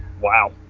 Wow